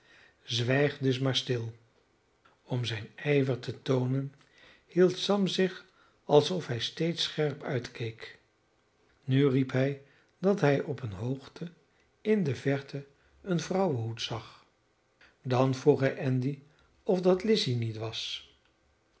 zwijg dus maar stil om zijn ijver te toonen hield sam zich alsof hij steeds scherp uitkeek nu riep hij dat hij op eene hoogte in de verte een vrouwenhoed zag dan vroeg hij andy of dat lizzy niet was